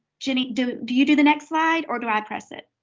jenny, do do you do the next slide or do i press it